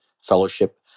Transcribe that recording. Fellowship